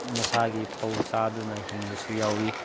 ꯃꯁꯥꯒꯤ ꯐꯧ ꯆꯥꯗꯨꯅ ꯍꯤꯡꯕꯁꯨ ꯌꯥꯎꯏ